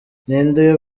ninde